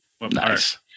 Nice